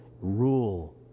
Rule